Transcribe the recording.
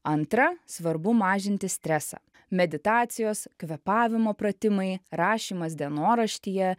antra svarbu mažinti stresą meditacijos kvėpavimo pratimai rašymas dienoraštyje